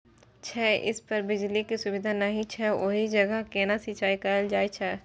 छै इस पर बिजली के सुविधा नहिं छै ओहि जगह केना सिंचाई कायल जाय?